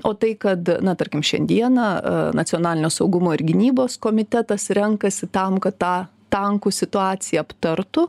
o tai kad na tarkim šiandieną nacionalinio saugumo ir gynybos komitetas renkasi tam kad tą tankų situaciją aptartų